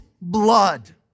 blood